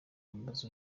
umuyobozi